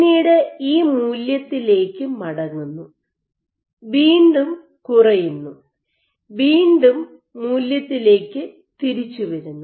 പിന്നീട് ഈ മൂല്യത്തിലേക്ക് മടങ്ങുന്നു വീണ്ടും കുറയുന്നു വീണ്ടും മൂല്യത്തിലേക്ക് തിരിച്ചുവരുന്നു